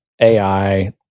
AI